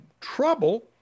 trouble